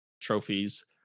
trophies